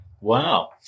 Wow